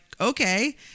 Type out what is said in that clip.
okay